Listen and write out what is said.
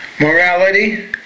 morality